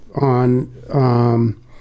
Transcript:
on